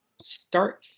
start